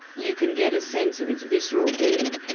you can get a sense of its visceral being.